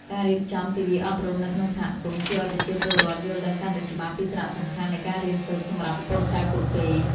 ការរៀបចំទិវាអប់រំនៅក្នុងសហគមន៍ជួយឱ្យប្រជាពលរដ្ឋយល់ដឹងកាន់តែច្បាស់ពីសារៈសំខាន់នៃការរៀនសូត្រសម្រាប់កូនចៅពួកគេ។